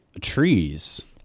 trees